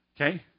okay